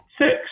six